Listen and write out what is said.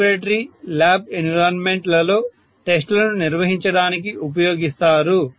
laboratory lab environment లలో test లను నిర్వహించడానికి ఉపయోగిస్తారు